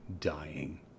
dying